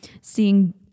seeing